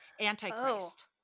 antichrist